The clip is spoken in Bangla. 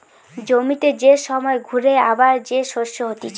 জমিতে যে সময় ঘুরে আবার যে শস্য হতিছে